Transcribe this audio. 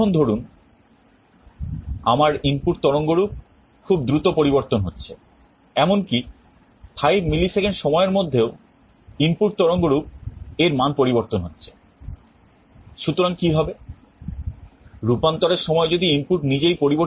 এখন ধরুন আমার ইনপুট তরঙ্গ রূপ ধরে রাখবে